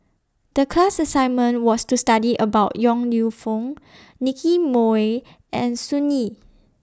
The class assignment was to study about Yong Lew Foong Nicky Moey and Sun Yee